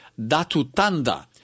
Datutanda